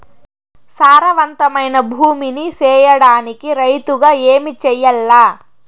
సారవంతమైన భూమి నీ సేయడానికి రైతుగా ఏమి చెయల్ల?